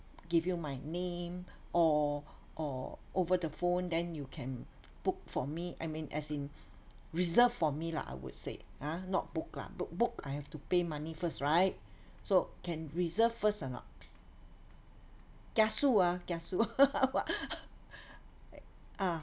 give you my name or or over the phone then you can book for me I mean as in reserve for me lah I would say ah not book lah book book I have to pay money first right so can reserve first or not kiasu ah kiasu wha~ ah